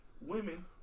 women